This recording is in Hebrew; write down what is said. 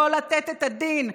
לא לתת את הדין,